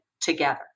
together